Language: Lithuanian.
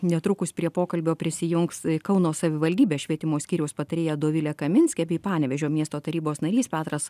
netrukus prie pokalbio prisijungs kauno savivaldybės švietimo skyriaus patarėja dovilė kaminskė bei panevėžio miesto tarybos narys petras